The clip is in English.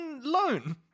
loan